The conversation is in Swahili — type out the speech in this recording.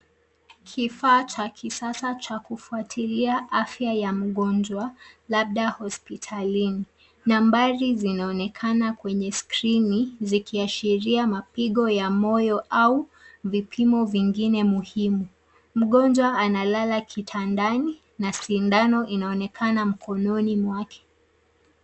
Kifaa cha kisasa cha kufuatilia afya ya mgonjwa labda hospitalini, nambari zinaonekana kwenye skirini zikiashiria mapigo ya moyo au vipimo vingine muhimu. Mgonjwa ana lala kitandani na sindano inaonekana mkononi mwake.